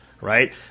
Right